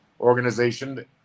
organization